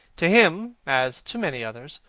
to him, as to many others,